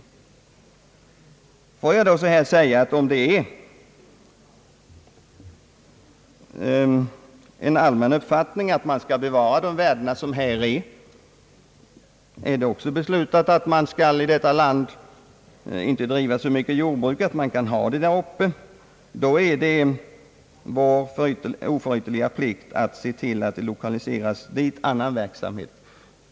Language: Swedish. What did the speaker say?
Herr talman! Om det är ett riksintresse att vi skall bevara de naturvärden, som finns i denna landsända, och således inhiberar de faktiska sysselsättningsmöjligheter som här föreligger, så har vi här, liksom när det gäller följderna av den nya jordbrukspolitiken, vissa skyldigheter. Det är då vår oförytterliga plikt att dit lokalisera annan verksamhet.